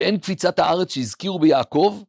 אין קפיצת הארץ שהזכירו ביעקב?